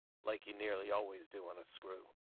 like you nearly always do on a screw.